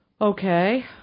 Okay